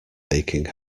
aching